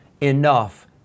enough